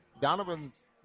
Donovan's